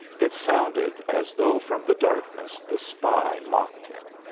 it sounded as though from the darkness the spy mocked him.